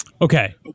Okay